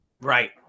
Right